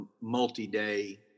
multi-day